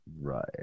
right